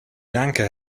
lanka